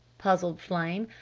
puzzled flame.